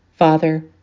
Father